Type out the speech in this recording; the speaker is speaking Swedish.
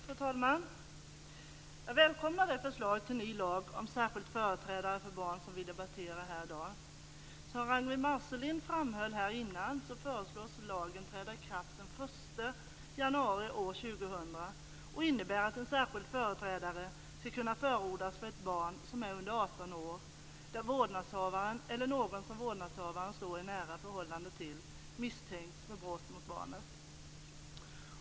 Fru talman! Jag välkomnar det förslag till ny lag om särskild företrädare för barn som vi debatterar här i dag. Som Ragnwi Marcelind framhöll här tidigare föreslås lagen träda i kraft den 1 januari år 2000. Den innebär att en särskild företrädare ska kunna förordnas för ett barn som är under 18 år då vårdnadshavaren eller någon som vårdnadshavaren står i ett nära förhållande till misstänks för brott mot barnet.